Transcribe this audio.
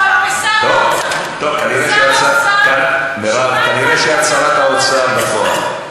טוב, מירב, כנראה את שרת האוצר בפועל, בסדר.